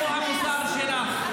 איפה המוסר שלך?